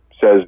says